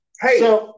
Hey